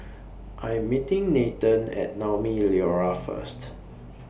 I Am meeting Nathen At Naumi Liora First